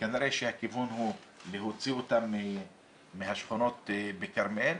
כנראה שהכיוון הוא להוציא אותם מהשכונות בכרמיאל.